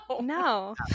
no